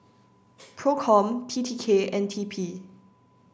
PROCOM T T K and T P